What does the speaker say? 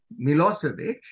Milosevic